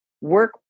work